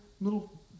little